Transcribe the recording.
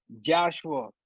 Joshua